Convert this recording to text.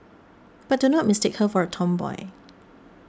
but do not mistake her for a tomboy